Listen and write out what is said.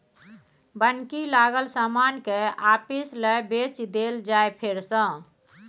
बन्हकी लागल समान केँ आपिस लए बेचि देल जाइ फेर सँ